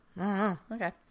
Okay